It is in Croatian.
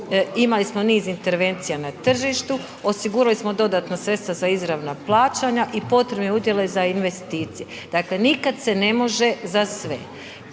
imali smo niz intervencija na tržištu, osigurali smo dodatno sredstva za izravna plaćanja i potrebne udjele za investicije. Dakle, nikad se ne može za sve.